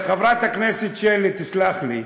חברת הכנסת שלי תסלח לי: